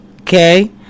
Okay